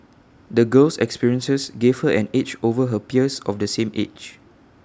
the girl's experiences gave her an edge over her peers of the same age